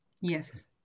Yes